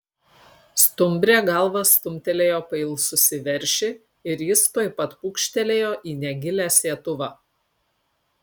stumbrė galva stumtelėjo pailsusį veršį ir jis tuoj pūkštelėjo į negilią sietuvą